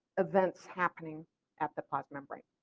events happening at the plasma membrane.